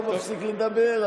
לא מפסיק לדבר.